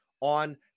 on